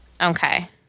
Okay